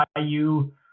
IU